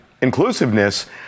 inclusiveness